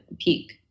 peak